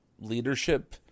leadership